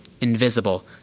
invisible